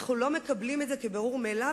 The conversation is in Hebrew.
אנחנו לא מקבלים את זה כברור מאליו,